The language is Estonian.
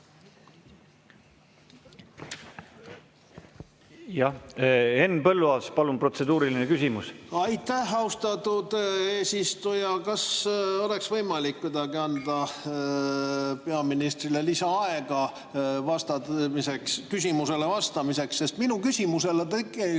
Henn Põlluaas, palun, protseduuriline küsimus! Aitäh, austatud eesistuja! Kas oleks võimalik kuidagi anda peaministrile lisaaega küsimusele vastamiseks, sest minu küsimusele ta